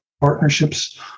partnerships